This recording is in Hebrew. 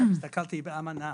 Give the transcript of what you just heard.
הסתכלתי באמנה.